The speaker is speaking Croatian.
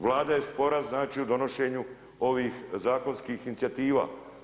Vlada je spora, znači u donošenju ovih zakonskih inicijativa.